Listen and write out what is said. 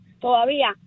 todavía